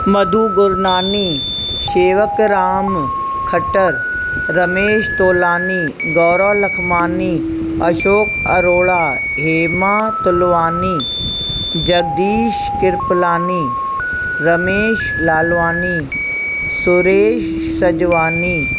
Madhu Gurnani Shewak Ram Khatar Ramesh Tolani Gaurav Lakhmani Ashok Arora Hema Tulwani Jagdish Kripalani Ramesh Lalwani Suresh Sajwani